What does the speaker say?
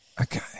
Okay